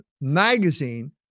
magazine